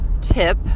tip